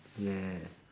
yeah